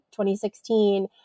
2016